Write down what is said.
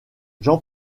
jean